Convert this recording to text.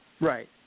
Right